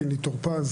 קינלי טור פז